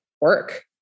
work